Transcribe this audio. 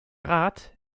rat